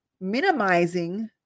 minimizing